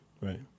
Right